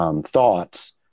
thoughts